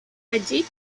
allí